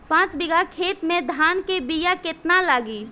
पाँच बिगहा खेत में धान के बिया केतना लागी?